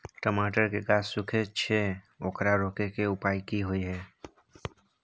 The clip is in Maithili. टमाटर के गाछ सूखे छै ओकरा रोके के उपाय कि होय है?